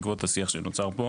בעקבות השיח שנוצר פה.